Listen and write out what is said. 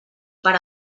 per